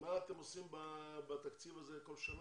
מה אתם עושים בתקציב הזה כל שנה?